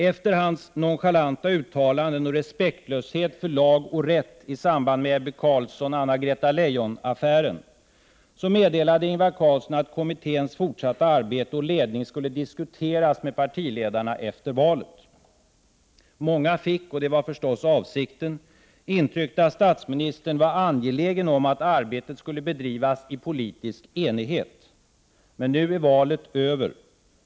Efter hans nonchalanta uttalanden och respektlöshet för lag och rätt i samband med Ebbe Carlsson-Anna-Greta Leijon-affären meddelade Ingvar Carlsson att kommitténs fortsatta arbete och ledning skulle diskuteras med partiledarna efter valet. Många fick — och det var förstås avsikten — intrycket att statsministern var angelägen om att arbetet skulle bedrivas i politisk enighet. Men nu är valet över.